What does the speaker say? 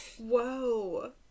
Whoa